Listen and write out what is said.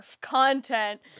content